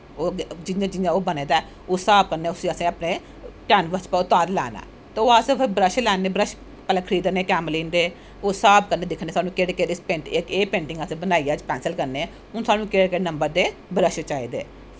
जियां जियां ओह् बने दा ऐ उस हिसाव कन्नैं असैं उसी अपनें कैनबस बिच्च उतारी लैना ऐ तां ओह् अस इक्को बर्श लैन्नें बर्श पैह्लैं खरीदनें कैमलीन दे उस हिसाब कन्नैं दिक्खनें अक केह्ड़ी केह्ड़ी पेंटिंग बनाई ऐ असैं पैंसल कन्नै हून साह्नू केह्ड़े केह्ड़े नंबर दे ब्रश चाही दे